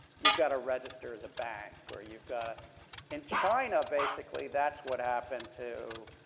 you've got to register as a bank, or you've got to in china, basically, that's what happened to